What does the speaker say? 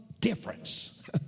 difference